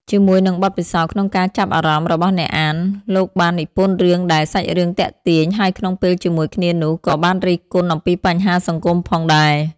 ជាមួយនឹងបទពិសោធន៍ក្នុងការចាប់អារម្មណ៍របស់អ្នកអាន លោកបាននិពន្ធរឿងដែល សាច់រឿងទាក់ទាញ ហើយក្នុងពេលជាមួយគ្នានោះក៏បានរិះគន់អំពីបញ្ហាសង្គមផងដែរ។